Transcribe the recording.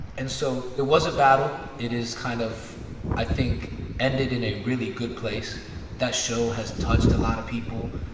and so it was a battle. it is kind of i think ended in a really good place that show has touched a lot of people.